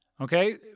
Okay